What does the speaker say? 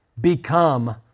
become